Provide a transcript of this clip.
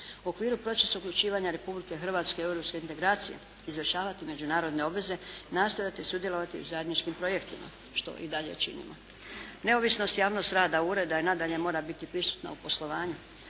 U okviru procesa uključivanja Republike Hrvatske u europske integracije izvršavati međunarodne obveze i nastojati sudjelovati u zajedničkim projektima što i dalje činimo. Neovisnost i javnost rada ureda i nadalje mora biti prisutno u poslovanju